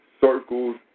circles